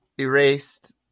erased